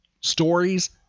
stories